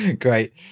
Great